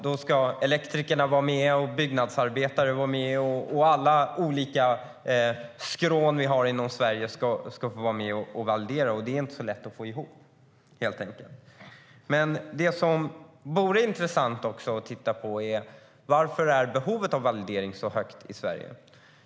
Då ska elektriker vara med och byggnadsarbetare vara med. Alla olika skrån som vi har i Sverige ska få vara med och validera, och det är inte så lätt att få ihop. Det som också vore intressant att titta på är varför behovet av validering är så stort i Sverige.